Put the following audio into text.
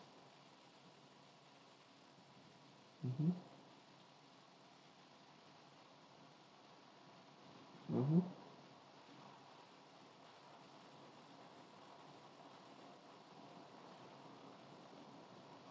mmhmm mmhmm